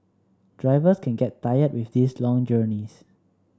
drivers can get tired with these long journeys